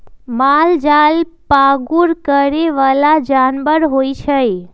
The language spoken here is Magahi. मालजाल पागुर करे बला जानवर होइ छइ